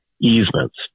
easements